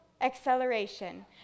acceleration